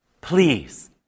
Please